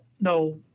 No